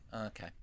okay